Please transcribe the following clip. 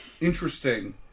interesting